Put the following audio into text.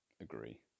Agree